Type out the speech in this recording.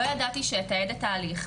לא ידעתי שאתעד את התהליך,